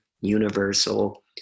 universal